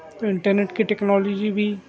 اور انٹرنیٹ کے ٹیکنالوجی بھی